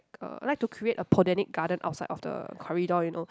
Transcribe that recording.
uh like to create a Botanic-Garden outside of the corridor you know